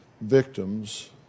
victims